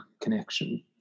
connection